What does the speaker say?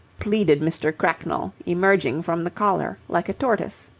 pleaded mr. cracknell, emerging from the collar like a tortoise.